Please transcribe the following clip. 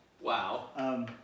Wow